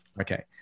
Okay